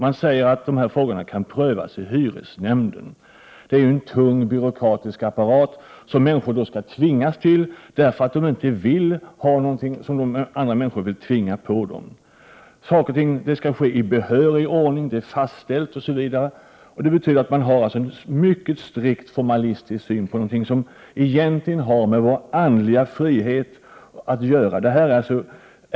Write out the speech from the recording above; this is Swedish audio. Man säger nämligen att frågorna kan prövas i hyresnämnden — en tung, byråkratisk apparat, som de människor får underkasta sig som blir påtvingade något som de inte vill ha. hyresgäster att betala kostnaderna för installation av kabel-TV Saker och ting skall ske i behörig ordning. Det och det är fastställt osv. Allt detta tyder på att man har en mycket strikt formalistisk syn på något som egentligen har med vår andliga frihet att göra.